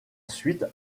suite